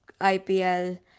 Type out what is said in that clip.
IPL